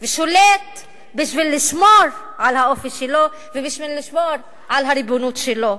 ושולט בשביל לשמור על האופי שלו ובשביל לשמור על הריבונות שלו,